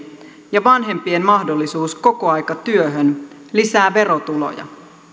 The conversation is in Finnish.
ja vanhempien mahdollisuus kokoaikatyöhön lisää verotuloja